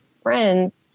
friends